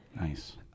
Nice